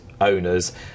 owners